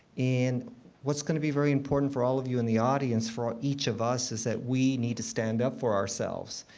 and what's going to be very important for all of you in the audience, for each of us is that we need to stand up for ourselves.